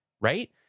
Right